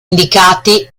indicati